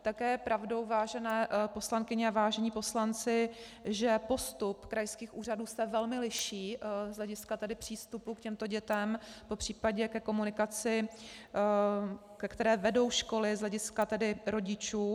Také je pravdou, vážené poslankyně a vážení poslanci, že postup krajských úřadů se velmi liší z hlediska přístupu k těmto dětem, popřípadě ke komunikaci, ke které vedou školy z hlediska rodičů.